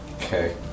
Okay